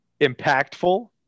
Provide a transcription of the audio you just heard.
impactful